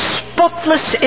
spotless